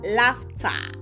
laughter